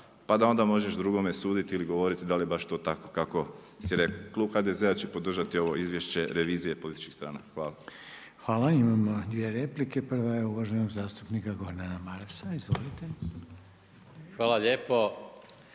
pa da onda možeš drugome suditi ili govoriti da li je to baš tako kako si rekao. Klub HDZ-a će podržati ovo izvješće revizije političkih stranaka. Hvala. **Reiner, Željko (HDZ)** Hvala. Imamo dvije replike. Prva je uvaženog zastupnika Gordana Marasa. Izvolite. **Maras, Gordan